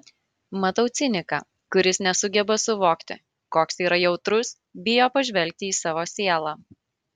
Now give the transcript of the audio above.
matau ciniką kuris nesugeba suvokti koks yra jautrus bijo pažvelgti į savo sielą